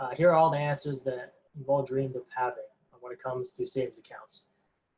here are all the answers that we've all dreamed of having um when it comes to savings accounts.